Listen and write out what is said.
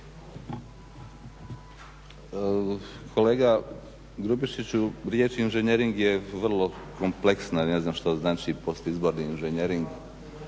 Kolega Grubišiću, riječ inženjering je vrlo kompleksna … što znači postizborni inženjering,